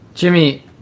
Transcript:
Jimmy